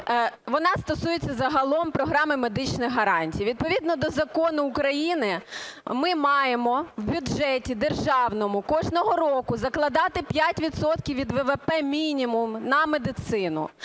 вона стосується загалом програми медичних гарантій. Відповідно до Закону України ми маємо в бюджеті державному кожного року закладати 5 відсотків від ВВП мінімум на медицину.